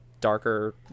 darker